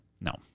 No